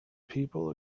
people